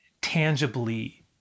tangibly